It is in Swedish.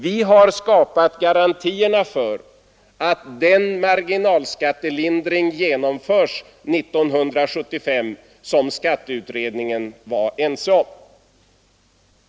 Vi har skapat garantierna för att den marginalskattelindring genomförs 1975 som skatteutredningen var ense om.